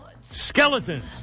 Skeletons